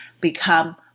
become